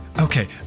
okay